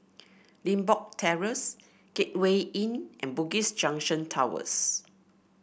Limbok Terrace Gateway Inn and Bugis Junction Towers